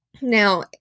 Now